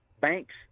banks